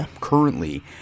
currently